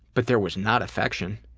but there was not affection.